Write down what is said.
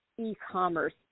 e-commerce